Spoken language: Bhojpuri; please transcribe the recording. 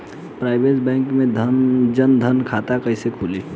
प्राइवेट बैंक मे जन धन खाता कैसे खुली?